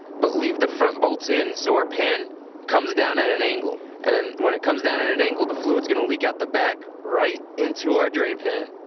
but leave the front bolts in so our pan comes down at an angle and then when it comes down at an angle the fluid's going to leak out the back right into our drain pan.